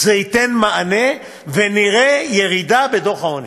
זה ייתן מענה, ונראה ירידה בדוח העוני.